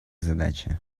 задача